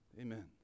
Amen